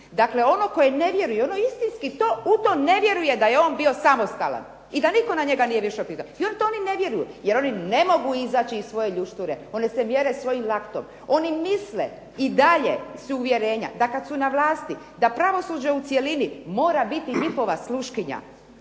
Dakle, ono koje ne vjeruje, ono istinski u to ne vjeruje da je on bio samostalan i da nitko na njega nije vršio pritisak, onda oni to ne vjeruju jer oni ne mogu izaći iz svoje ljušture, oni se mjere svojim laktom. Oni misle, i dalje su uvjerenja da kad su na vlasti da pravosuđe u cjelini mora biti njihova sluškinja,